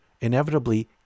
Inevitably